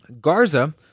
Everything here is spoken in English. Garza